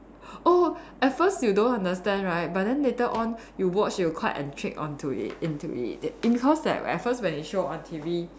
oh at first you don't understand right but then later on you watch you quite intrigued onto it into it because at first when it's shown at T_V